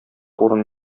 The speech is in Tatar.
урын